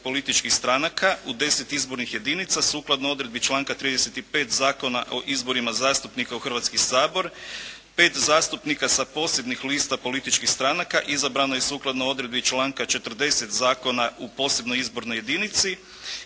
političkih stranaka u 10 izbornih jedinica sukladno odredbi članka 35. Zakona o izborima zastupnika u Hrvatski sabor, 5 zastupnika sa posebnih lista političkih stranaka izabrano je sukladno odredbi članka 40. Zakona u posebnoj izbornoj jedinici